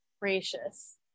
Gracious